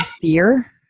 fear